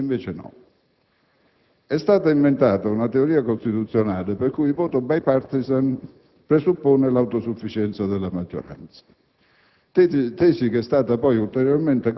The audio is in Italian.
Potremmo fare lo stesso. E invece no. È stata inventata una teoria costituzionale per cui il voto *bipartisan* presuppone l'autosufficienza della maggioranza.